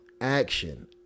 action